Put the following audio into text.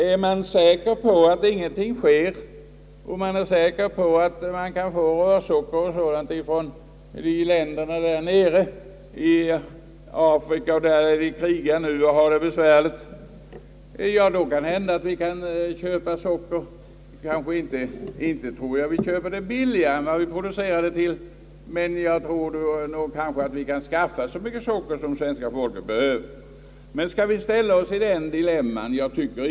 är man säker på att ingenting sker och är man säker på att man kan få rörsocker från länderna i Afrika, fastän folken där krigar nu och har det svårt, så kan vi ju skaffa socker, även om vi inte kan köpa det billigare än vi själva kan producera det. Men jag tycker inte att vi skall försätta oss i den situationen.